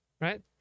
Right